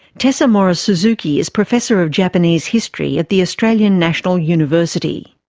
tessa morris-suzuki is professor of japanese history at the australian national university.